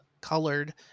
colored